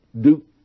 Duke